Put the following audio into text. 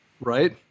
right